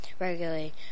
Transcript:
regularly